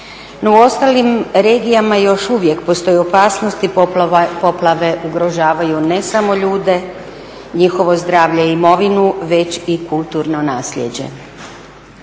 u ostalim regijama još uvijek postoji opasnost i poplave ugrožavaju ne samo ljude, njihovo zdravlje i imovinu, već i kulturno naslijeđe.